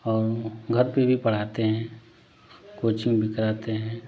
और ओ घर पे भी पढ़ाते हैं कोचिंग भी कराते हैं